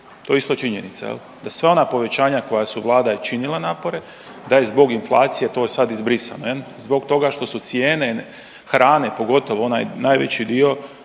To je isto činjenica, da sva ona povećanja koja su Vlada je činila napore, da je zbog inflacije to sad izbrisano em zbog toga što su cijene hrane, pogotovo onaj najveći dio